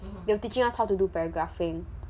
they were teaching us how to do paragraphing